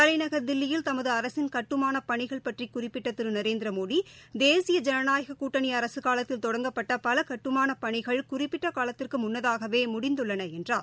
தலைநகர் தில்லியில் தமது அரசின் கட்டுமான பணிகள் பற்றி குறிப்பிட்ட திரு நரேந்திரமோடி தேசிய ஜனநாயகக் கூட்டணி அரசு காலத்தில் தொடங்கப்பட்ட பல கூட்டுமாளப் பணிகள் குறிப்பிட்ட காலத்திற்கு முன்னதாகவே முடிந்துள்ளன என்றார்